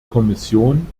kommission